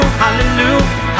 hallelujah